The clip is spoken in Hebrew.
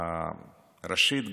ראשית,